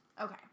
Okay